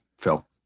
Phil